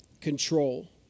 control